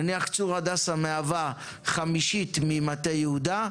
נניח שצור הדסה מהווה חמישית ממטה יהודה.